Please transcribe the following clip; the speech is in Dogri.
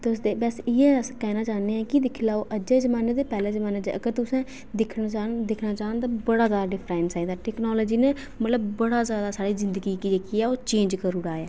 बस इयै अस आखना चाहन्ने आं कि दिक्खी लेऔ अज्जै दे ज़माने ते पैहले ज़माने च अगर तुस दिक्खना चाह्न्ने ते बडा ज्यादा टाइम चाहिदा ऐ टेक्नालाॉजी ने बड़ी सारी साढ़ी जिदगी जेह्की ऐ ओह् चेंज करीओड़ी ऐ